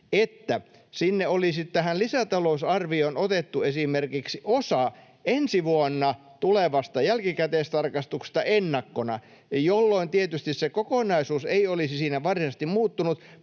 että tähän lisätalousarvioon olisi otettu esimerkiksi osa ensi vuonna tulevasta jälkikäteistarkastuksesta ennakkona, jolloin tietysti se kokonaisuus ei olisi siinä varsinaisesti muuttunut,